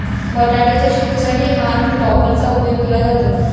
बटाटे च्या शेतीसाठी हॉल्म टॉपर चा उपयोग केला जातो